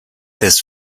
this